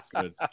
good